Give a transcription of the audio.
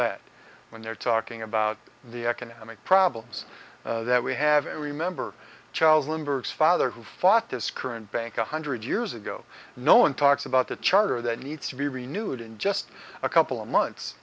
that when they're talking about the economic problems that we have and remember charles lindbergh's father who fought this current bank one hundred years ago no one talks about the charter that needs to be renewed in just a couple of months